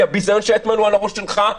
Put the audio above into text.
כי הביזיון שהיה אתמול הוא על הראש שֶׁלְּךָ,